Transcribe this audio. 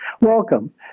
Welcome